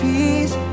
Peace